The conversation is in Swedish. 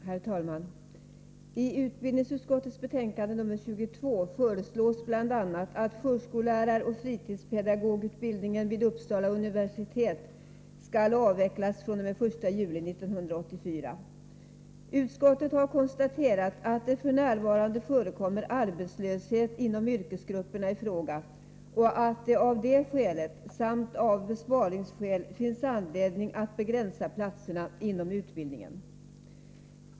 Herr talman! I utbildningsutskottets betänkande 22 föreslås bl.a. att förskolläraroch fritidspedagogutbildningen vid Uppsala universitet skall avvecklas fr.o.m. den 1 juli 1984. Utskottet har konstaterat att det f.n. förekommer arbetslöshet inom yrkesgrupperna i fråga och att det, av det skälet samt av besparingsskäl, finns anledning att begränsa platserna inom utbildningen.